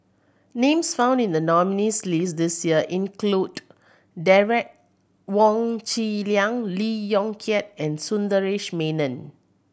names found in the nominees' list this year include Derek Wong Zi Liang Lee Yong Kiat and Sundaresh Menon